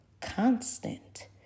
constant